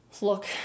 Look